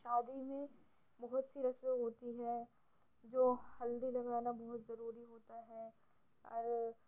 شادی میں بہت سی رسمیں ہوتی ہیں جو ہلدی لگانا بہت ضروری ہوتا ہے اور